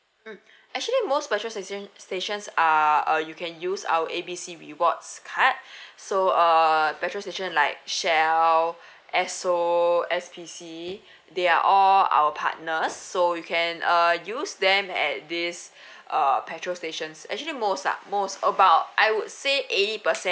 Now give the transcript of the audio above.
mm actually most petrol station stations are uh you can use our A B C rewards card so err petrol station like shell esso S_P_C they are all our partners so you can uh use them at this err petrol stations actually most lah most about I would say eighty percent